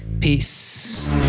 Peace